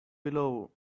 below